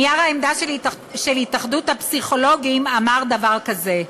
נייר העמדה של התאחדות הפסיכולוגים אמר דבר כזה: